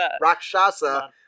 Rakshasa